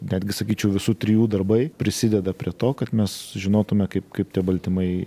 netgi sakyčiau visų trijų darbai prisideda prie to kad mes žinotume kaip kaip tie baltymai